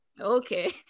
Okay